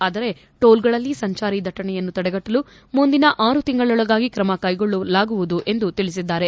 ಆದರೆ ಟೋಲ್ಗಳಲ್ಲಿ ಸಂಚಾರಿ ದಟ್ಟಣೆಯನ್ನು ತಡೆಗಟ್ಟಲು ಮುಂದಿನ ಆರು ತಿಂಗಳೊಳಗಾಗಿ ಕ್ರಮ ಕೈಗೊಳ್ಳಲಾಗುವುದು ಎಂದು ತಿಳಿಸಿದ್ದಾರೆ